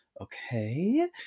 okay